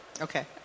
Okay